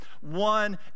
One